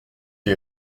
est